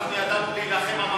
אנחנו ידענו להילחם,